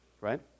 right